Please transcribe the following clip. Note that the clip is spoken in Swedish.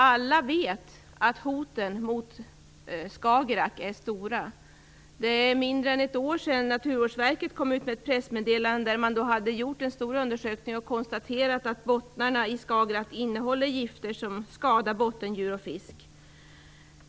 Alla vet att hoten mot Skagerrak är stora. Det är mindre än ett år sedan Naturvårdsverket gav ut ett pressmeddelande om en stor undersökning där man hade konstaterat att bottnarna i Skagerrak innehåller gifter som skadar bottendjur och fisk.